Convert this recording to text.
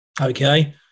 Okay